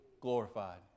Glorified